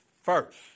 first